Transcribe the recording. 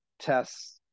tests